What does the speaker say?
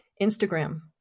Instagram